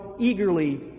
eagerly